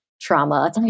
trauma